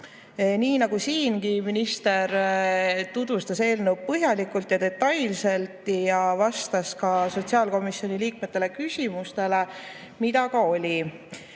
Nii nagu siingi, tutvustas minister eelnõu põhjalikult ja detailselt ning vastas sotsiaalkomisjoni liikmete küsimustele, mida ka oli.